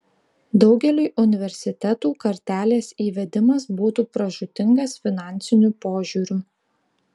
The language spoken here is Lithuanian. daugeliui universitetų kartelės įvedimas būtų pražūtingas finansiniu požiūriu